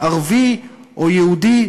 ערבי או יהודי,